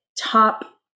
top